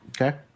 Okay